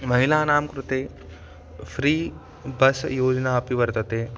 महिलानां कृते free bus योजनापि वर्तते